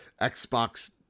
Xbox